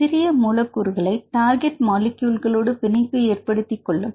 சிறிய மூலக்கூறுகள டார்கெட் மாலிக்யூல்கள்லோடு பிணைப்பு ஏற்படுத்திக் கொள்ளும்